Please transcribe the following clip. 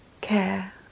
care